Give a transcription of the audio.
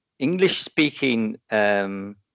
English-speaking